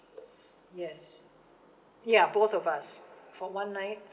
yes ya both of us for one night